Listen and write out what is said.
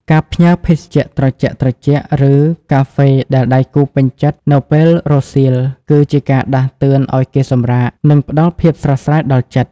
ការផ្ញើភេសជ្ជៈត្រជាក់ៗ ឬកាហ្វេដែលដៃគូពេញចិត្តនៅពេលរសៀល គឺជាការដាស់តឿនឱ្យគេសម្រាក និងផ្ដល់ភាពស្រស់ស្រាយដល់ចិត្ត។